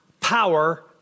power